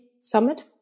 summit